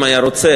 אם היה רוצה,